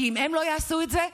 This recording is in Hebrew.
כי אם הם לא יעשו את זה,